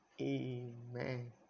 amen